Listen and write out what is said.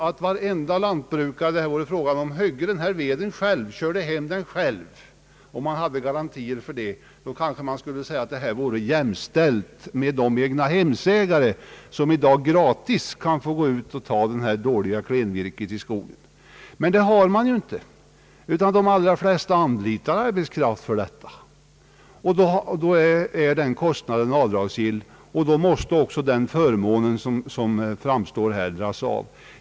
Om varenda lantbrukare som det här är fråga om högg denna ved själv och körde hem den själv och det fanns garantier för detta, då kanske man kunde säga att förmånen var jämställd med den förmån som de egnahemsägare har som kan gå ut och gratis ta den dåliga klenveden i skogen. Men så är det inte, utan de allra flesta anlitar arbetskraft för detta. Då är den kostnaden avdragsgill, och då måste också förmånen beskattas.